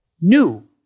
new